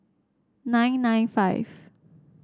nine nine five